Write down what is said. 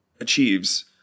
achieves